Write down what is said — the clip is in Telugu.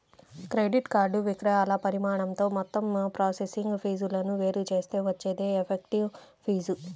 క్రెడిట్ కార్డ్ విక్రయాల పరిమాణంతో మొత్తం ప్రాసెసింగ్ ఫీజులను వేరు చేస్తే వచ్చేదే ఎఫెక్టివ్ ఫీజు